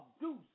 Deuce